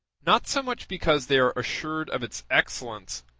not so much because they are assured of its excellence,